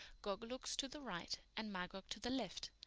gog looks to the right and magog to the left.